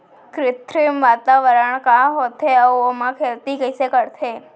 कृत्रिम वातावरण का होथे, अऊ ओमा खेती कइसे करथे?